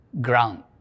ground